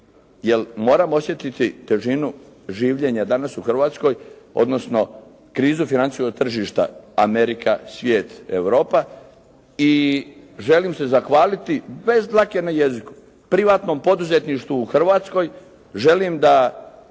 moramo osjetiti težinu življenja danas u Hrvatskoj odnosno krizu financijskog tržišta Amerika, svijet, Europa i želim se zahvaliti bez dlake na jeziku privatnom poduzetništvu u Hrvatskoj. Želim da